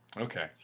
Okay